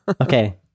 Okay